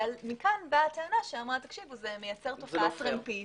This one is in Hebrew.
מכאן באה הטענה שאומרת: זה מייצר תופעת טרמפיסט,